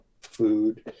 food